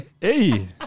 Hey